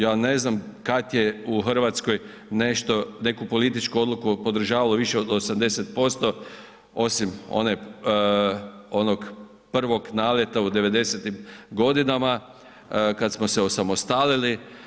Ja ne znam kad je u Hrvatskoj nešto, neku političku odluku podržavalo više od 80% osim one, onog prvog naleta u '90.-tim godinama kad smo se osamostalili.